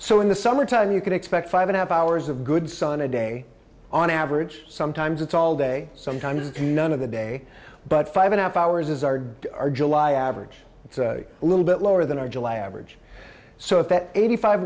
so in the summertime you can expect five and a half hours of good sun a day on average sometimes it's all day sometimes none of the day but five and a half hours is our july average it's a little bit lower than our july average so if that eighty five